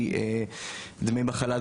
דמי מחלה,